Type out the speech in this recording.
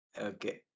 Okay